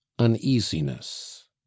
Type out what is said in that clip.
uneasiness